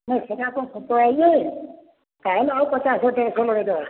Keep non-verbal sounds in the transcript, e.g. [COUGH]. [UNINTELLIGIBLE]